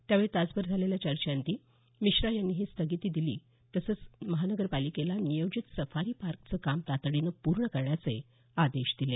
त्यावेळी तासभर झालेल्या चर्चेअंती मिश्रा यांनी ही स्थगिती दिली तसंच महानगरपालिकेला नियोजित सफारी पार्कचे काम तातडीने पूर्ण करण्याचे आदेश दिले